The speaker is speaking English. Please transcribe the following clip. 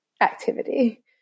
activity